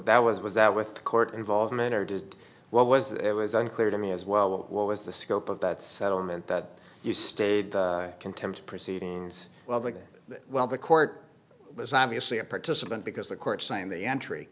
that was it was that with court involvement or did what was it was unclear to me as well what was the scope of that settlement that you stayed contempt proceedings well that well the court was obviously a participant because the court signed the entry